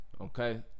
Okay